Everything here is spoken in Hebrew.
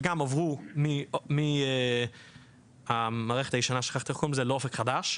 וגם עברו מהמערכת הישנה לאופק חדש,